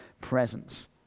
presence